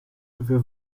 dafür